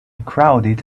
crowded